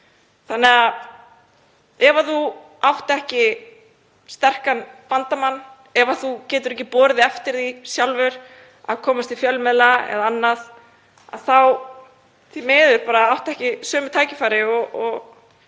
Þannig að ef þú átt ekki sterkan bandamann, ef þú getur ekki borið þig eftir því sjálfur að komast í fjölmiðla eða annað þá áttu því miður bara ekki sömu tækifæri og